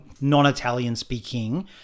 non-Italian-speaking